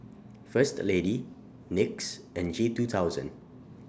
First Lady NYX and G two thousand